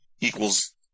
equals